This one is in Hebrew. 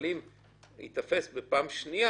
אבל אם הוא ייתפס בפעם השנייה,